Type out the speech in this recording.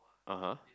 (uh huh)